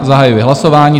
Zahajuji hlasování.